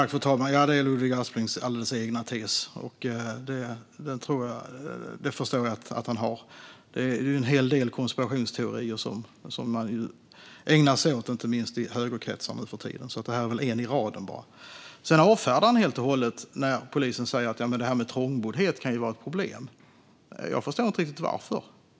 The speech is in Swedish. Fru talman! Ja, det är Ludvig Asplings alldeles egna tes. Jag förstår att han har den. I inte minst högerkretsar ägnar man sig nu för tiden åt en hel del konspirationsteorier. Det här är väl bara en i raden. Han avfärdar helt och hållet att polisen säger att trångboddhet kan vara ett problem. Jag förstår inte riktigt varför.